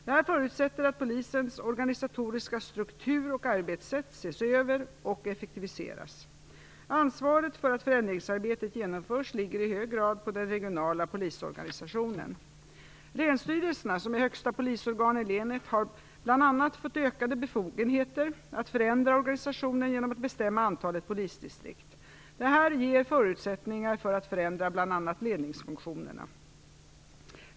Detta förutsätter att polisens organisatoriska struktur och arbetssätt ses över och effektiviseras. Ansvaret för att förändringsarbetet genomförs ligger i hög grad på den regionala polisorganisationen. Länsstyrelserna, som är högsta polisorgan i länet, har bl.a. fått ökade befogenheter att förändra organisationen genom att bestämma antalet polisdistrikt. Detta ger förutsättningar för att förändra bl.a. ledningsfunktionerna.